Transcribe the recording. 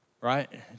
right